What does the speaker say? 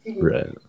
right